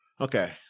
Okay